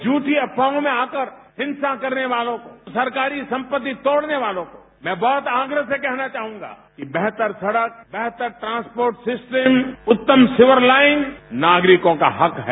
झठी अफवाहों में आकर हिंसा करने वालों सरकारी संपत्ति तोड़ने वालों को मैं बहुत आग्रह से कहना चाहूंगा कि बेहतर सड़क बेहतर ट्रांसपोर्ट सिस्टम उत्तम सीवर लाइन नागरिकों का हक है